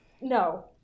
no